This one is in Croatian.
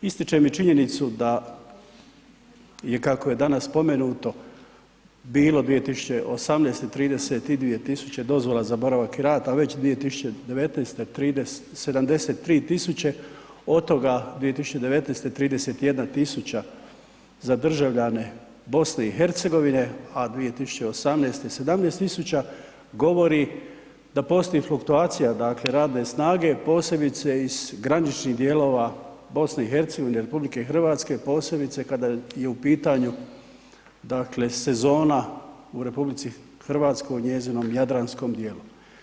Ističem i činjenicu da je kako je danas spomenuto bilo 2018. 32.000 dozvola za boravak i rad, a već 2019. 73.000, od toga 2019. 31000 za državljane BiH, a 2018. 17000 govori da postoji fluktuacija, dakle radne snage, posebice iz graničnih dijelova BiH i RH, posebice kada je u pitanju, dakle sezona u RH u njezinom jadranskom dijelu.